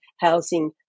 housing